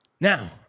now